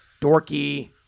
dorky